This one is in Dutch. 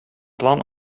plan